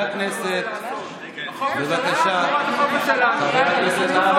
זה מה שאתה רוצה לעשות תמורת החופש שלנו.